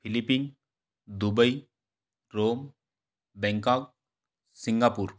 Philippines Dubai Rome Bangkok Singapore